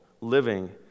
living